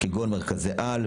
כגון: מרכזי העל,